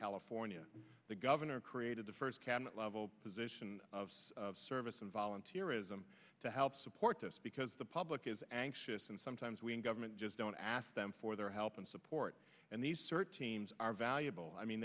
california the governor created the first cabinet level position of service and volunteer ism to help support us because the public is anxious and sometimes we in government just don't ask them for their help and support and these search teams are valuable i mean